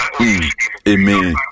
Amen